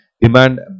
demand